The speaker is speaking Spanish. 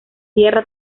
tierra